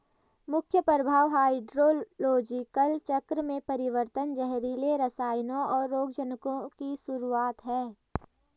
मुख्य प्रभाव हाइड्रोलॉजिकल चक्र में परिवर्तन, जहरीले रसायनों, और रोगजनकों की शुरूआत हैं